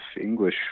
English